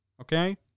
Okay